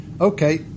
okay